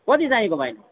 कति चाहिएको भाइ